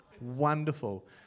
Wonderful